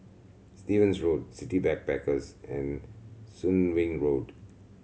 Stevens Road City Backpackers and Soon Wing Road